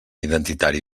identitari